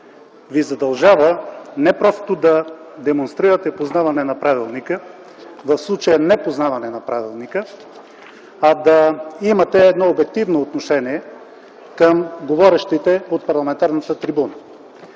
Ви задължава не просто да демонстрирате познаване на правилника, в случая непознаване на правилника, а да имате едно обективно отношение към говорещите от парламентарната трибуна.